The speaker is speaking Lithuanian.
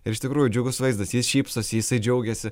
ir iš tikrųjų džiugus vaizdas jis šypsosi jisai džiaugiasi